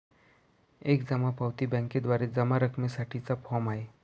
एक जमा पावती बँकेद्वारे जमा रकमेसाठी चा फॉर्म आहे